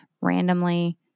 randomly